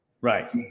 Right